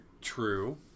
true